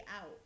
out